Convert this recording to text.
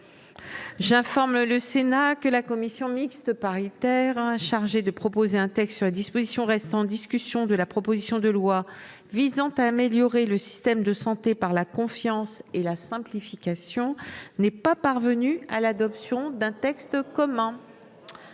J'informe le Sénat que la commission mixte paritaire chargée de proposer un texte sur les dispositions restant en discussion de la proposition de loi visant à améliorer le système de santé par la confiance et la simplification n'est pas parvenue à l'adoption d'un texte commun.